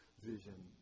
vision